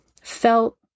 felt